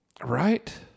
Right